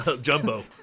jumbo